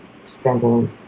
spending